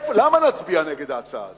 למה נצביע נגד ההצעה הזאת,